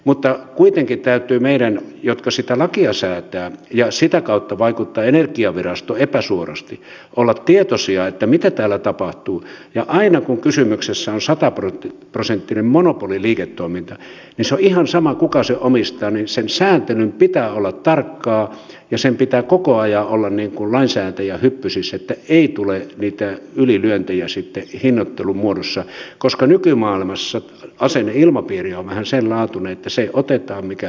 mutta kuitenkin täytyy meidän jotka sitä lakia säädämme ja sitä kautta vaikutamme energiavirastoon epäsuorasti olla tietoisia siitä mitä täällä tapahtuu ja aina kun kysymyksessä on sataprosenttinen monopoliliiketoiminta niin se on ihan sama kuka sen omistaa sen sääntelyn pitää olla tarkkaa ja sen pitää koko ajan olla lainsäätäjän hyppysissä että ei tule niitä ylilyöntejä sitten hinnoittelun muodossa koska nykymaailmassa asenneilmapiiri on vähän sen laatuinen että se otetaan mikä pystytään